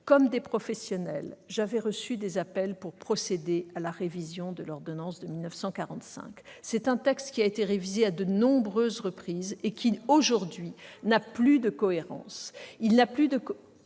comme des professionnels, à procéder à la révision de l'ordonnance de 1945. C'est un texte qui a été modifié à de nombreuses reprises et qui, aujourd'hui, n'a plus de cohérence.